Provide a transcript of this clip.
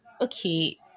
Okay